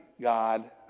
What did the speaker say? God